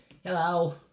Hello